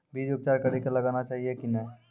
बीज उपचार कड़ी कऽ लगाना चाहिए कि नैय?